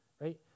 right